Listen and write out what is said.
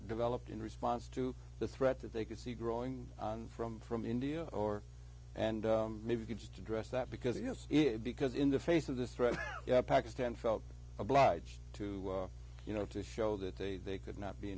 developed in response to the threat that they could see growing from from india or and maybe you could just address that because yes because in the face of this threat pakistan felt obliged to you know to show that they they could not be